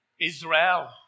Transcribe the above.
Israel